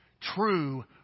true